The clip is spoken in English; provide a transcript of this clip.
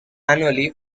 annually